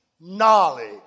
knowledge